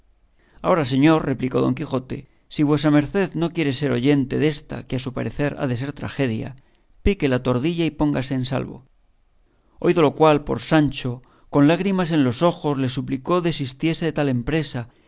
ahora señor replicó don quijote si vuesa merced no quiere ser oyente desta que a su parecer ha de ser tragedia pique la tordilla y póngase en salvo oído lo cual por sancho con lágrimas en los ojos le suplicó desistiese de tal empresa